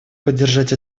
поддержать